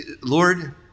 Lord